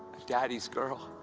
daddy's girl.